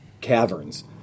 caverns